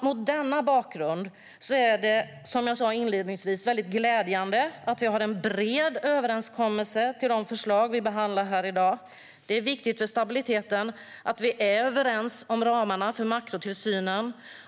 Mot denna bakgrund är det som jag sa inledningsvis glädjande att vi har en bred överenskommelse om de förslag vi behandlar här i dag. Det är viktigt för stabiliteten att vi är överens om ramarna för makrotillsynen.